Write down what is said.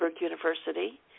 University